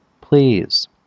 please